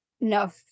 No